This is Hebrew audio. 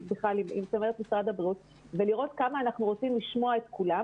צמרת משרד הבריאות ולראות כמה אנחנו רוצים לשמוע את כולם.